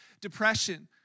depression